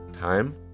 time